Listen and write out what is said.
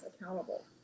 accountable